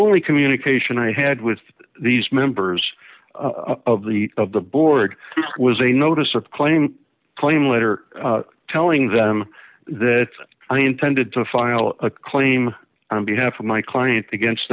only communication i had with these members of the of the board was a notice of claim claim a letter telling them that i intended to file a claim on behalf of my client against